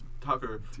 Tucker